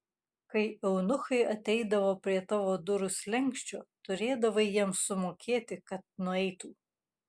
kai eunuchai ateidavo prie tavo durų slenksčio turėdavai jiems sumokėti kad nueitų